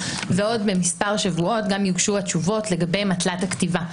ובעוד מספר שבועות גם יוגשו התשובות לגבי מטלת הכתיבה.